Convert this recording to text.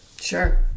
sure